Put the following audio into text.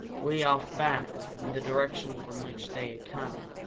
way off back, in the direction from which they had come,